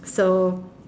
so